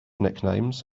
nicknames